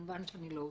כמובן שאני לא עושה.